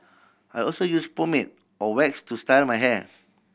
I also use pomade or wax to style my hair